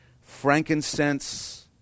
frankincense